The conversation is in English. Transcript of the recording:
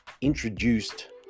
introduced